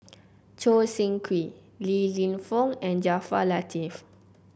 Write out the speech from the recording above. Choo Seng Quee Li Lienfung and Jaafar Latiff